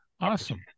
Awesome